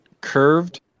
curved